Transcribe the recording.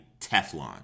Teflon